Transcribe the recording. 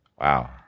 Wow